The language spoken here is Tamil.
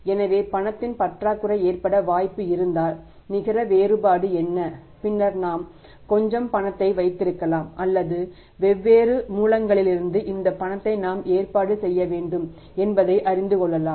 எனவே பணத்தின் பற்றாக்குறை ஏற்பட வாய்ப்பு இருந்தால் நிகர வேறுபாடு என்ன பின்னர் நாம் கொஞ்சம் பணத்தை வைத்திருக்கலாம் அல்லது வெவ்வேறு மூலங்களிலிருந்து இந்த பணத்தை நாம் ஏற்பாடு செய்ய வேண்டும் என்பதை அறிந்து கொள்ளலாம்